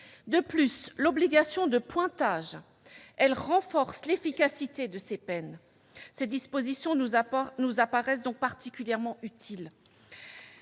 De plus, l'obligation de pointage renforce l'efficacité de ces peines. Cette disposition nous paraît particulièrement utile.